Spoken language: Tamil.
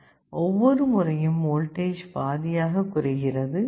ஒவ்வொரு முறையும் வோல்டேஜ் பாதியாக குறைகிறது